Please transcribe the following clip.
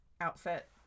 outfit